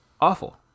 Awful